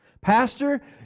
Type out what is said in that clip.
Pastor